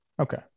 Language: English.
Okay